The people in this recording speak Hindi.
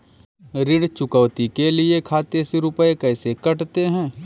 ऋण चुकौती के लिए खाते से रुपये कैसे कटते हैं?